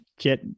get